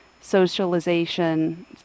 socialization